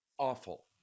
awful